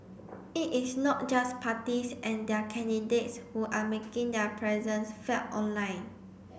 it is not just parties and their candidates who are making their presence felt online